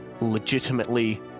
Legitimately